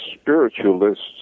spiritualists